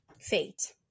fate